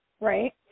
right